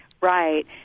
Right